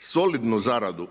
solidnu zaradu